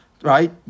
right